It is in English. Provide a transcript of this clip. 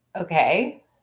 okay